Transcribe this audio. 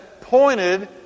pointed